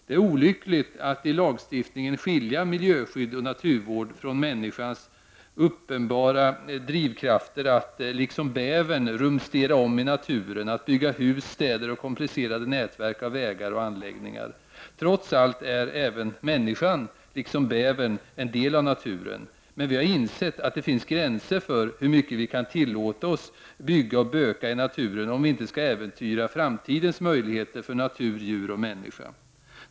Det är olyckligt att i lagstiftningen skilja miljöskydd och naturvård från människans uppenbara drivkrafter att, liksom bävern, rumstera om i naturen, att bygga hus, städer och komplicerade nätverk av vägar och anläggningar. Trots allt är människan, liksom bävern, en del av naturen. Men vi har insett att det finns gränser för hur mycket vi kan tillåta oss att bygga och att böka i naturen utan att äventyra framtidens möjligheter för natur, djur och människa.